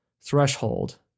threshold